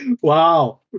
Wow